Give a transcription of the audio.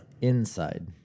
Inside